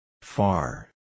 Far